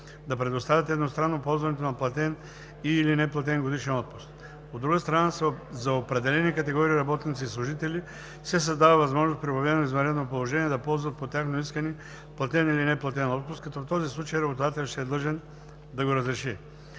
да предоставят едностранно ползването на платен и/или неплатен годишен отпуск. От друга страна, за определени категории работници и служители се създава възможност при обявено извънредно положение да ползват по тяхно искане платен или неплатен отпуск, като в този случай работодателят ще е длъжен да го разреши.